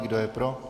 Kdo je pro?